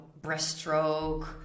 breaststroke